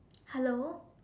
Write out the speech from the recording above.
hello